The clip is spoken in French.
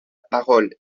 parole